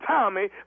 Tommy